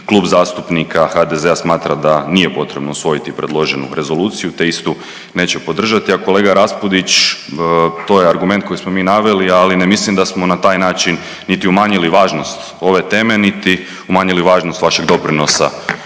Klub zastupnika HDZ-a smatra da nije potrebno usvojiti predloženu rezoluciju, te istu neće podržati. A kolega Raspudić, to je argument koji smo mi naveli, ali ne mislim da smo na taj način niti umanjili važnost ove teme, niti umanjili važnost vašeg doprinosa